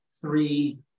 three